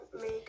make